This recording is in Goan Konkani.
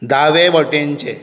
दावे वटेनचें